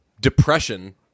depression